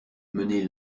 menée